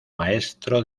maestro